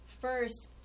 first